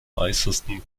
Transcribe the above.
äußersten